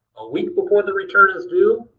a week before the return is due,